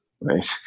right